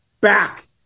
back